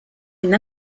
une